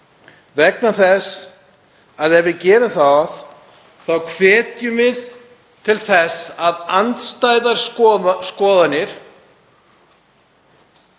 vegna þess að ef við gerum það þá hvetjum við til þess að andstæðar skoðanir